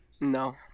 No